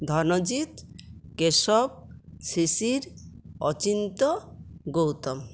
Dhanjit Keshab Shishir Achinta Gautam